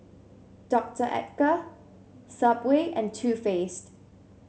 Doctor Oetker Subway and Too Faced